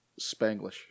Spanglish